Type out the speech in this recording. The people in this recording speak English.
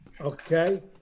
okay